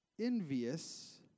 envious